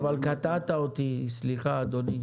רגע, אבל קטעת אותי, סליחה אדוני.